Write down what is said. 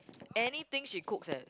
anything she cooks eh